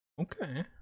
okay